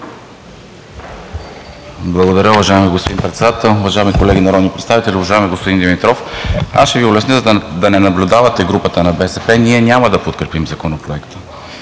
Благодаря, уважаеми господин Председател! Уважаеми колеги народни представители, уважаеми господин Димитров, аз ще Ви улесня, за да не наблюдавате групата на БСП – ние няма да подкрепим Законопроекта.